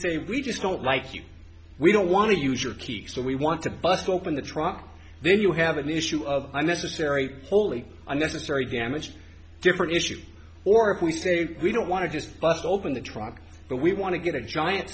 say we just don't like you we don't want to use your keys so we want to bust open the trunk then you have an issue of unnecessary wholly unnecessary damaged different issue or if we say we don't want to just bust open the truck but we want to get a giant